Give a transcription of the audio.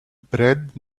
bread